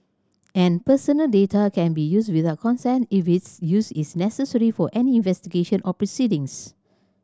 and personal data can be used without consent if its use is necessary for any investigation or proceedings